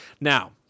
Now